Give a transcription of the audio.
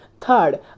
Third